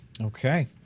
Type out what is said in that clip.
Okay